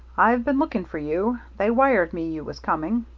i've been looking for you. they wired me you was coming.